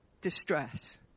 distress